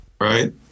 Right